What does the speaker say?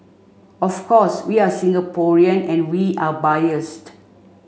of course we are Singaporean and we are biased